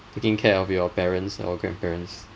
taking care of your parents or grandparents